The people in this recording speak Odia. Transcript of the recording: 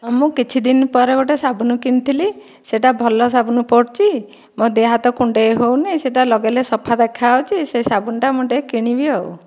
ହଁ ମୁଁ କିଛି ଦିନ ପରେ ଗୋଟିଏ ସାବୁନ କିଣିଥିଲି ସେଟା ଭଲ ସାବୁନ ପଡ଼ୁଛି ମୋ ଦେହ ହାତ କୁଣ୍ଡେଇ ହେଉନି ସେଟା ଲଗେଇଲେ ସଫା ଦେଖା ଯାଉଛି ସେ ସାବୁନଟା ମୁଁ ଟିକିଏ କିଣିବି ଆଉ